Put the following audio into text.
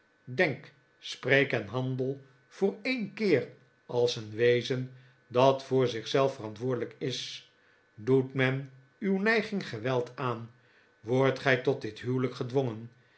denk spreek en handel voor een keer als een wezen dat voor zich zelf verantwoordelijk is doet men uw neiging geweld aan wordt gij tot dit huwelijk gedwongen